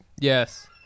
Yes